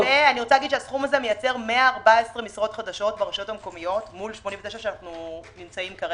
והסכום הזה מייצר 114 משרות חדשות ברשויות המקומיות מול 89 שאנחנו כרגע.